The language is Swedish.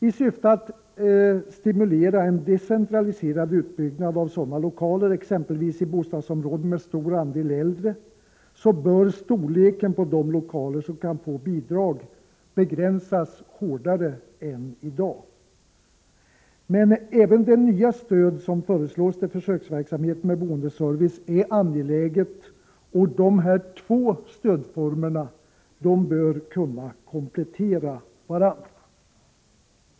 I syfte att stimulera en decentraliserad utbyggnad av sådana lokaler, exempelvis i bostadsområden med stor andel äldre, bör storleken på de lokaler som kan få bidrag begränsas hårdare än i dag. Men även det nya stöd som föreslås till försöksverksamhet med boendeservice är angeläget. De här två stödformerna bör kunna komplettera varandra.